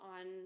on